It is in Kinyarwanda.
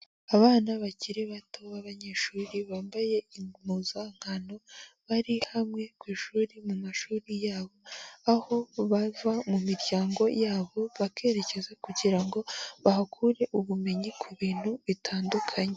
Abana bakiri bato b'abanyeshuri bambaye impuzankano bari hamwe ku ishuri mu mashuri yabo, aho bava mu miryango yabo bakerekeza kugira ngo bahakure ubumenyi ku bintu bitandukanye.